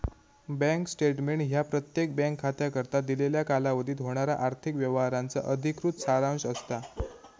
bank statement ह्या प्रत्येक bank खात्याकरता दिलेल्या कालावधीत होणारा आर्थिक व्यवहारांचा अधिकृत सारांश असता